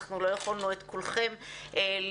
אנחנו לא יכולנו את כולכם לשמוע,